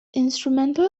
instrumental